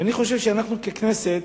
אני חושב שאנחנו ככנסת